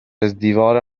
ازدیوار